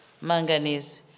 manganese